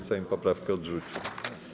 Sejm poprawki odrzucił.